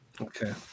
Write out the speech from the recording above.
Okay